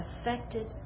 affected